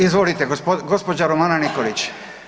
Izvolite gospođa Romana Nikolić.